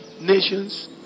nations